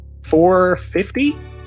450